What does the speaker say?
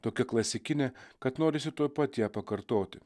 tokia klasikinė kad norisi tuoj pat ją pakartoti